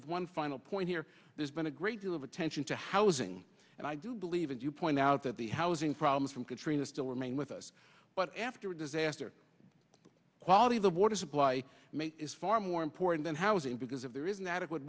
with one final point here there's been a great deal of attention to housing and i do believe as you point out that the housing problems from katrina still remain with us but after a disaster the quality of the water supply is far more important than housing because if there isn't adequate